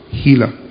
healer